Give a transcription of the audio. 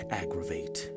aggravate